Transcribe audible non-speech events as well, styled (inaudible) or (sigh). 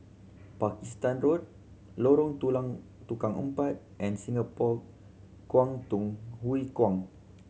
Pakistan Road Lorong (unintelligible) Tukang Empat and Singapore Kwangtung Hui Kuan